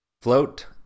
float